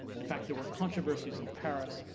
in fact there were controversies in paris,